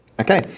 Okay